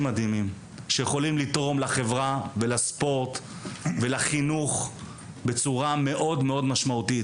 מדהימים שיכולים לתרום לחברה ולספורט ולחינוך בצורה מאוד משמעותית.